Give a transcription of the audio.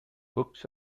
books